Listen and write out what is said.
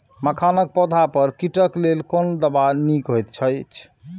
मखानक पौधा पर कीटक लेल कोन दवा निक होयत अछि?